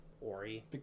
Ori